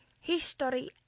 history